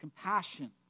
Compassion